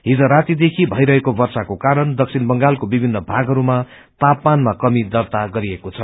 हिज राती देखि भईरहेको वर्षाको कारण दक्षिण बंगालको विमन्न भागहरूमा तापमानमा दर्ता गरिएको छ